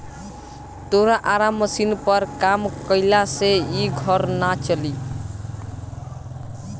तोरा आरा मशीनी पर काम कईला से इ घर ना चली